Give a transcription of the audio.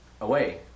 away